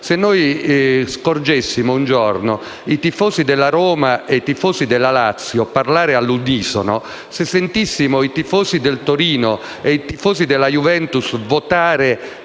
Se noi scorgessimo, un giorno, i tifosi della Roma e quelli della Lazio parlare all'unisono; se sentissimo i tifosi del Torino e quelli della Juventus schierarsi